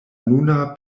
nuna